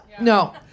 No